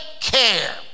care